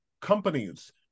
companies